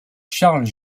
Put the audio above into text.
charles